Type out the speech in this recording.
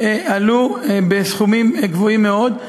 עלו בסכומים גבוהים מאוד,